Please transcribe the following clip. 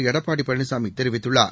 எடப்பாடி பழனிசாமி தெரிவித்துள்ளார்